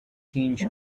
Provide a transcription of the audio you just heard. hinge